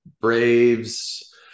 Braves